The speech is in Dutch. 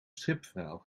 stripverhaal